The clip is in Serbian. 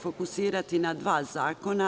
Fokusiraću se na dva zakona.